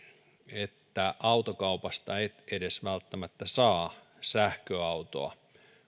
että autokaupasta et edes välttämättä saa sähköautoa